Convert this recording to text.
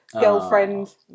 girlfriend